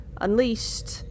unleashed